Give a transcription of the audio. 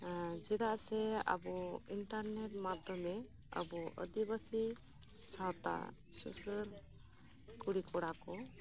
ᱪᱮᱫᱟᱜ ᱥᱮ ᱟᱵᱚ ᱤᱱᱴᱟᱨᱱᱮᱴ ᱢᱟᱫᱭᱚᱢᱮ ᱟᱵᱚ ᱟᱹᱫᱤᱵᱟᱹᱥᱤ ᱥᱟᱶᱛ ᱥᱩᱥᱟᱹᱨ ᱠᱩᱲᱤ ᱠᱚᱲᱟ ᱠᱚ